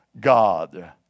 God